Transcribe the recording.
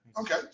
Okay